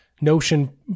notion